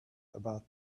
about